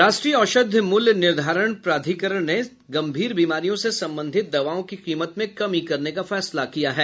राष्ट्रीय औषध मूल्य निर्धारण प्राधिकरण ने गंभीर बीमारियों से संबंधित दवाओं की कीमत में कमी करने का फैसला लिया है